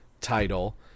title